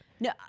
No